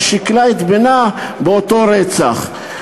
ששכלה את בנה באותו רצח.